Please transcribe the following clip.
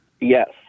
Yes